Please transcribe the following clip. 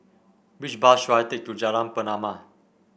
which bus should I take to Jalan Pernama